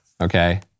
Okay